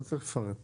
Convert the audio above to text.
לא צריך להקריא.